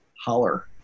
Holler